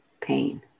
pain